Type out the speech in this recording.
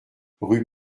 rue